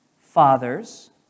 fathers